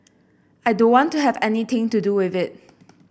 I don't want to have anything to do with it